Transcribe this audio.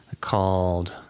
called